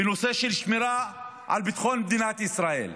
בנושא של השמירה על ביטחון מדינת ישראל,